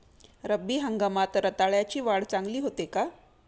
रब्बी हंगामात रताळ्याची वाढ चांगली होते का?